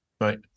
Right